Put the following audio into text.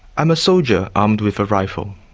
i'm a soldier armed with a rifle,